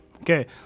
okay